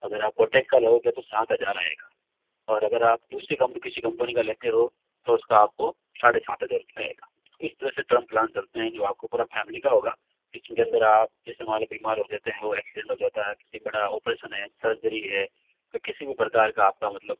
अगर आप कोटक का लोगे तो सात हजार आएगा और अगर आप दूसरी कंपनी किसी कंपनी का लेते हो तो उस का आप को साढ़े सात हजार रुपए आएगा इस तरह से टर्म प्लान चलते हैं जो आप का पूरा फ़ैमिली का होगा इसी के अंदर आप जैसे मान लो बीमार हो जाते हैं एक्सीडेंट हो जाता है किसी बड़ा ऑपरेशन है सर्जरी है किसी भी प्रकार का आप का मतलब